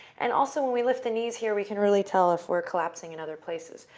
and also, when we lift the knees here, we can really tell if we're collapsing in other places.